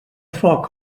foc